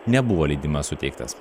nebuvo leidimas suteiktas